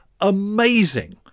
amazing